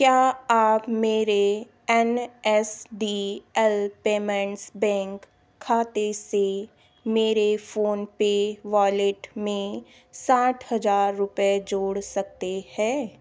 क्या आप मेरे N S D L payments bank खाते से मेरे फ़ोनपे वॉलेट में साठ हज़ार रुपये जोड़ सकते हैं